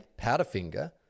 Powderfinger